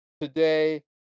today